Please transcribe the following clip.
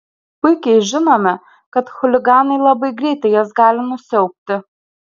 puikiai žinome kad chuliganai labai greitai jas gali nusiaubti